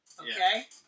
Okay